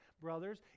brothers